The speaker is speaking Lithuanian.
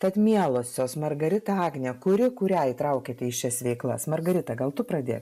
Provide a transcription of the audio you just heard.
tad mielosios margarita agne kuri kurią įtraukėte į šias veiklas margarita gal tu pradė